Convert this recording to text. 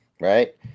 Right